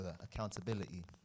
accountability